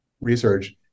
research